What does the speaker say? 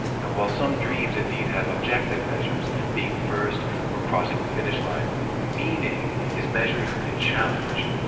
now, while some dreams indeed have objective measures being first or crossing the finish line meaning is measured in challenge.